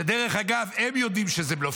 ודרך אגב, הם יודעים שזה בלוף.